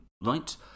right